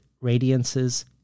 radiances